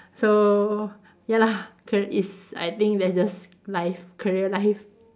so ya lah ca~ is I think that's just life career life